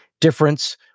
difference